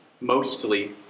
mostly